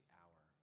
hour